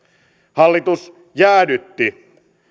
hallitus jäädytti